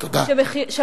תודה.